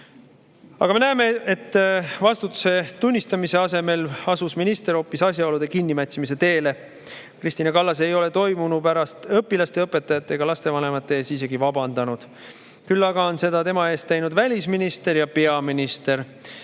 Aga me näeme, et vastutuse tunnistamise asemel asus minister hoopis asjaolude kinnimätsimise teele. Kristina Kallas ei ole toimunu pärast õpilaste, õpetajate ja lastevanemate ees isegi vabandanud. Küll aga on seda tema eest teinud välisminister ja peaminister. Märkida